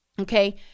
Okay